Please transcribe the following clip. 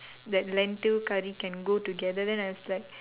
that lentil curry can go together then I was like